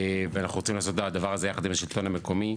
ואנחנו רוצים לעשות את הדבר הזה יחד עם השלטון המקומי.